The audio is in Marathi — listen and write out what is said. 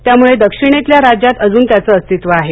त्यामुळे दक्षिणेतल्या राज्यांत अजून त्याचं अस्तित्व आहे